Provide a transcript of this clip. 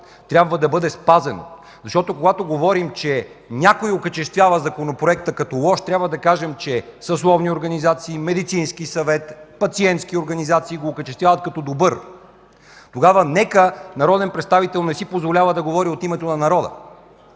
трябва да бъде спазено, защото когато говорим, че някой окачествява Законопроекта като лош, трябва да кажем, че съсловни организации, пациентски организации, медицински съвет го окачествяват като добър. Тогава нека народен представител не си позволява да говори от името на народа.